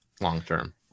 long-term